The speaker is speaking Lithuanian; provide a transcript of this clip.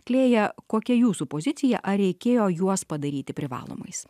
klėja kokia jūsų pozicija ar reikėjo juos padaryti privalomais